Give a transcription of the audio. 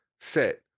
set